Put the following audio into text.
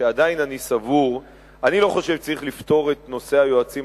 אני לא חושב שצריך לפטור את נושא היועצים